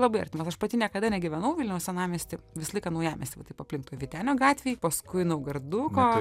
labai artimas aš pati niekada negyvenau vilniaus senamiesty visą laiką naujamiesty va taip aplink toj vytenio gatvėj paskui naugarduko